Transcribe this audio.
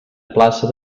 plaça